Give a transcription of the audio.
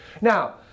Now